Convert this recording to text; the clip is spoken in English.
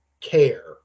care